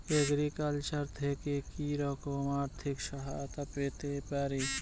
Agriculture থেকে কি রকম আর্থিক সহায়তা পেতে পারি?